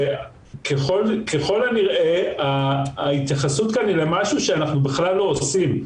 שככל הנראה ההתייחסות כאן היא למשהו שאנחנו בכלל לא עושים.